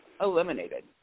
eliminated